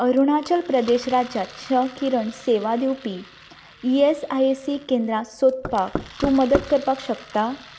अरुणाचल प्रदेश राज्यांत क्ष किरण सेवा दिवपी ई एस आय सी केंद्रां सोदपाक तूं मदत करपाक शकता